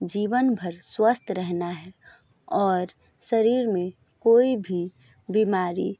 जीवन भर स्वस्थ रहना है और शरीर में कोई भी बीमारी